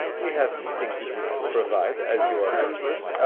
we have things we can provide, as you are members.